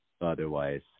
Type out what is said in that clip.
Otherwise